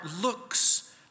looks